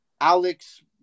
Alex